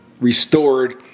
restored